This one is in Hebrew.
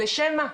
לשם מה?